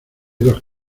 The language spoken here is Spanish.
dos